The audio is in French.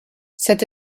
cette